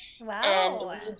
Wow